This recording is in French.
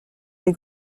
des